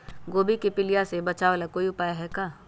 गोभी के पीलिया से बचाव ला कोई उपाय है का?